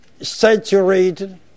saturated